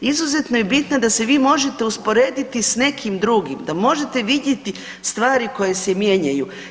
Izuzetno je bitna da se vi možete usporediti s nekim drugim, da možete vidjeti stvari koje se mijenjaju.